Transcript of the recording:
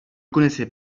connaissez